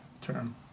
term